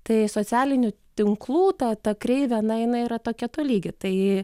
tai socialinių tinklų ta ta kreivė eina na jinai yra tokia tolygi tai